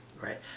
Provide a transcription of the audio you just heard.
right